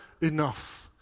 enough